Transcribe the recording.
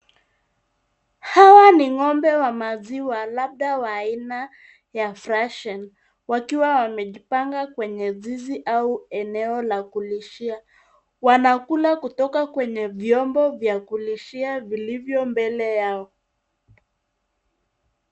Hawa ni ng'ombe wa maziwa, labda wa aina ya Fresian , wakiwa wamejipanga kwenye zizi au eneo la kulishia. Wanakula kutoka kwenye vyombo vya kulishia vilivyo mbele yao.